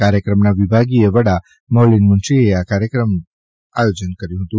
કાર્યક્રમના વિભાગીય વડા મૌલીન મુન્શીએ આ કાર્યક્રમ આયોજન કર્યું હતું